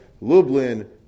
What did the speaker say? Lublin